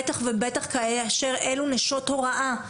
בטח ובטח כאשר אלו נשות הוראה,